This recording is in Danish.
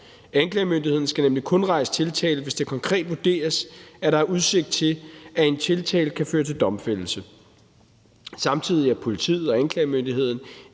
Anklagemyndigheden skal nemlig kun rejse tiltale, hvis det konkret vurderes, at der er udsigt til, at en tiltale kan føre til domfældelse. Samtidig er politiet og anklagemyndigheden